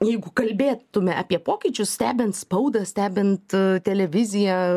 jeigu kalbėtume apie pokyčius stebint spaudą stebint televiziją